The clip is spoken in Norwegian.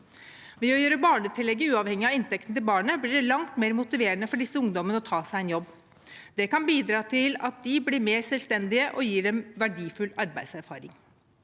Ved å gjøre barnetillegget uavhengig av inntekten til barnet blir det langt mer motiverende for disse ungdommene å ta seg en jobb. Det kan bidra til at de blir mer selvstendige, og gir dem verdifull arbeidserfaring.